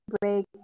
break